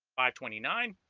by twenty nine